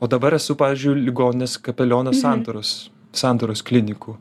o dabar esu pavyzdžiui ligoninės kapelionas santaros santaros klinikų